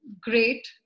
great